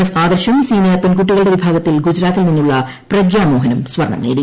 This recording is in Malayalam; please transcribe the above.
എസ് ആദർശും സീനിയർ പെൺകുട്ടികളുടെ വിഭാഗത്തിൽ ഗുജറാത്തിൽ നിന്നുള്ള പ്രഗ്യാ മോഹനും സ്വർണ്ണം നേടി